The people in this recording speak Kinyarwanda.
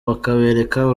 bakabereka